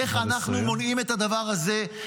איך אנחנו מונעים את הדבר הזה?